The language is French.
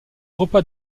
repas